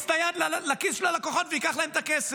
את היד לכיס של הלקוחות ואקח להם את הכסף.